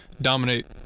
dominate